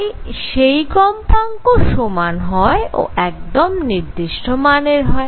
তাই সেই কম্পাঙ্ক সমান হয় ও একদম নির্দিষ্ট মানের হয়